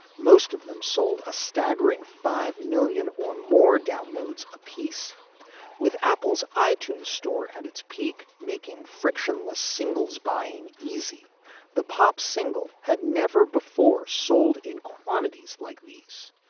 most of them sold a staggering five million or more downloads a peace with apple's i-tunes store at its peak, making frictionless singles buying easy the pop single had never before sold in quantities like these.